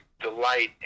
delight